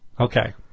Okay